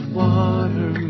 water